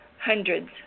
hundreds